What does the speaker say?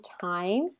time